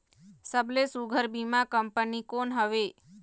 सबले सुघ्घर बीमा कंपनी कोन हवे?